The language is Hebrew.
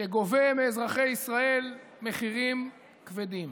שגובה מאזרחי ישראל מחירים כבדים.